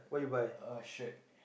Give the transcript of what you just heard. buy a shirt